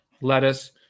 Lettuce